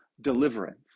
deliverance